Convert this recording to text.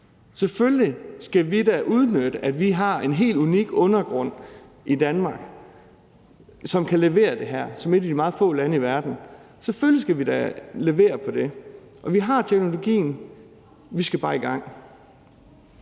selvfølgelig skal vi da udnytte, at vi har en helt unik undergrund i Danmark, som kan levere det her som et af de meget få lande i verden. Selvfølgelig skal vi da levere på det, og vi har teknologien; vi skal bare i gang.